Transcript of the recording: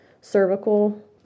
cervical